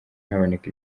haboneka